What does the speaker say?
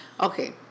Okay